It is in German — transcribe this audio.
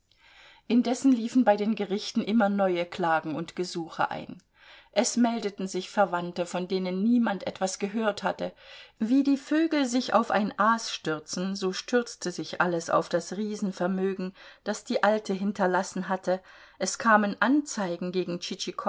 indessen liefen bei den gerichten immer neue klagen und gesuche ein es meldeten sich verwandte von denen niemand etwas gehört hatte wie die vögel sich auf ein aas stürzen so stürzte sich alles auf das riesenvermögen das die alte hinterlassen hatte es kamen anzeigen gegen